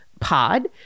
pod